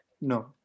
No